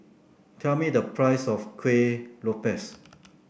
tell me the price of Kuih Lopes